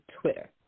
Twitter